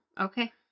okay